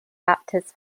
baptists